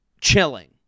chilling